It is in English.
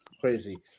Crazy